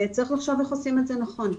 צריך לחשוב איך עושים את זה רצון.